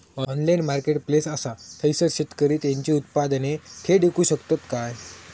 Online marketplace असा थयसर शेतकरी त्यांची उत्पादने थेट इकू शकतत काय?